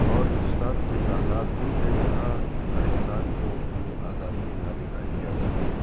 اور ہندوستان تو ایک آزاد ملک ہے جہاں ہر انسان كو اپنی آزادیٴ اظہار رائے كی آزادی ہے